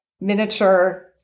miniature